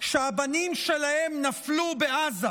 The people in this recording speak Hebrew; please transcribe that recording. שהבנים שלהן נפלו בעזה